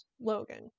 Logan